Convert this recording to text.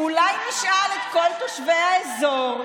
אולי נשאל את כל תושבי האזור,